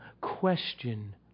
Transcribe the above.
question